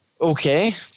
okay